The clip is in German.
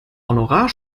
honorar